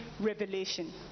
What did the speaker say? revelation